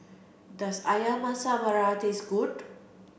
does Ayam Masak Merah taste good